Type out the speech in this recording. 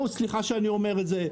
הזה.